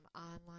online